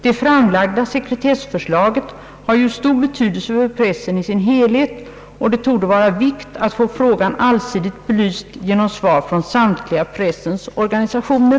Det framlagda sekretessförslaget har ju stor betydelse för pressen i sin helhet och det torde vara av vikt, att få frågan allsidigt belyst genom svar från samtliga pressens organisationer.»